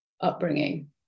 upbringing